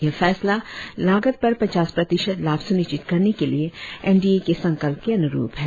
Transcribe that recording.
यह फैसला लागत पर पचास प्रतिशत लाभ सुनिश्चित करने के लिए एन डी ए के संकल्प के अनुरुप है